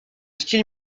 style